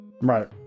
Right